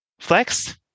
flex